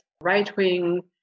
right-wing